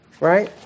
Right